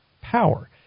power